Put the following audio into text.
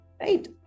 Right